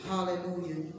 Hallelujah